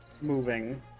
moving